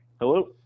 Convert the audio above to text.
Hello